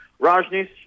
Rajnish